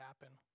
happen